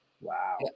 Wow